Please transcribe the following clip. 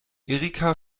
erika